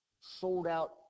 sold-out